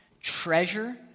treasure